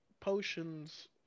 potions